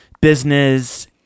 business